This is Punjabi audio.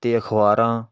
ਅਤੇ ਅਖ਼ਬਾਰਾਂ